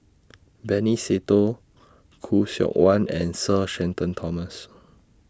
Benny Se Teo Khoo Seok Wan and Sir Shenton Thomas